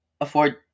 afford